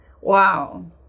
Wow